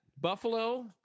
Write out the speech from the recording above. Buffalo